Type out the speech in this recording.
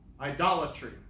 Idolatry